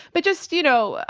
but just, you know,